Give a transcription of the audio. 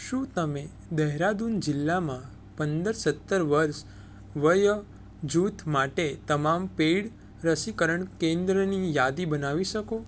શું તમે દેહરાદૂન જિલ્લામાં પંદર સત્તર વર્ષ વય જૂથ માટે તમામ પેઈડ રસીકરણ કેન્દ્રની યાદી બનાવી શકો